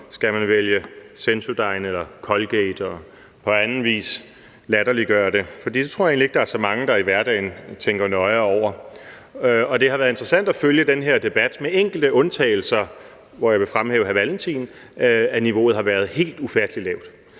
skal vælge Sensodyne eller Colgate og på anden vis latterliggøre det, for det tror jeg egentlig ikke der er så mange, der i hverdagen tænker nøjere over, og det har været interessant at følge den her debat, hvor niveauet, med enkelte undtagelser, hvor jeg vil fremhæve hr. Carl Valentin, har været helt ufattelig lavt.